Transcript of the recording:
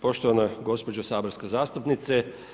Poštovana gospođo saborska zastupnice.